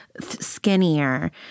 skinnier